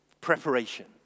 preparation